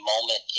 moment